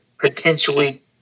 potentially